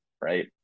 right